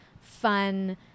fun